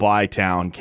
Bytown